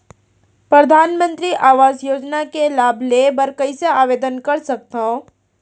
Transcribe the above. परधानमंतरी आवास योजना के लाभ ले बर कइसे आवेदन कर सकथव?